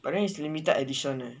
but then is limited edition